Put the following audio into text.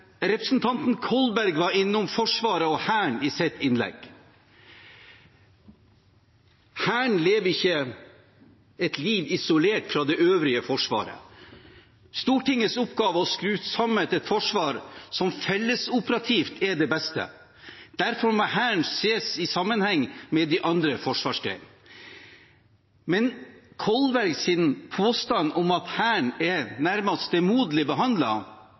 Representanten Kolberg var innom Forsvaret og Hæren i sitt innlegg. Hæren lever ikke et liv isolert fra det øvrige Forsvaret. Stortingets oppgave er å skru sammen et forsvar som fellesoperativt er det beste. Derfor må Hæren ses i sammenheng med de andre forsvarsgrenene. Kolbergs påstand om at Hæren er nærmest stemoderlig